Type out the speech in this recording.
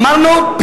אמרנו,